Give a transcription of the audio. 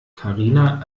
karina